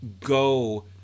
go